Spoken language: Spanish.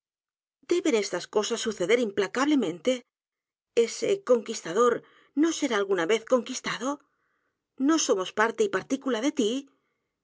deben estas cosas suceder implacablemente ese conquistador no será alguna vez conquistado no somos p a r t e y partícula de t